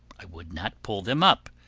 i would not pull them up,